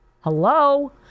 Hello